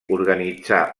organitzar